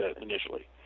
initially